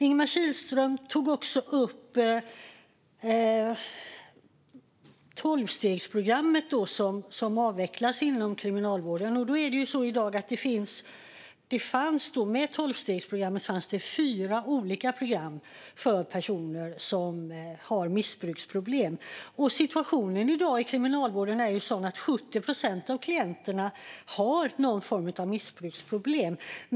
Ingemar Kihlström tog också upp tolvstegsprogrammet, som avvecklas inom kriminalvården. Det fanns fyra olika program inom tolvstegsprogrammet för personer som har missbruksproblem. Situationen inom kriminalvården i dag är sådan att 70 procent av klienterna har någon form av missbruksproblem.